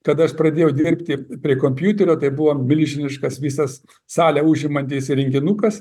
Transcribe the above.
kada aš pradėjau dirbti prie kompiuterio tai buvo milžiniškas visas salę užimantis įrenginukas